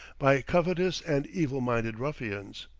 by covetous and evil-minded ruffians.